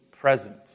present